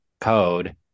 code